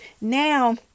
now